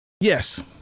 Yes